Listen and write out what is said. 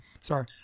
Sorry